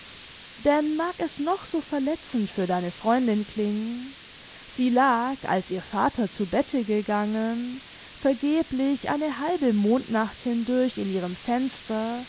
denn mag es noch so verletzend für deine freundin klingen sie lag als ihr vater zu bette gegangen vergeblich eine halbe mondnacht hindurch in ihrem fenster